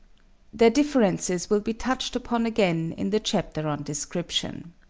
their differences will be touched upon again in the chapter on description.